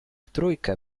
trójkę